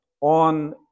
on